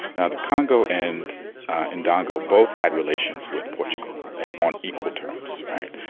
now, the congo and and ndongo both had relations with portugal on equal terms right?